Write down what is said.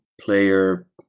player